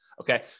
Okay